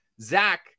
Zach